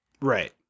Right